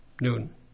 noon